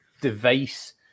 device